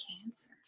cancer